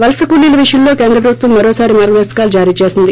వలస కూలీల విషయంలో కేంద్ర ప్రభుత్వం మరోసారి మార్గదర్శకాలు జారీ చేసింది